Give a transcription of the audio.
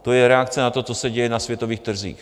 To je reakce na to, co se děje na světových trzích.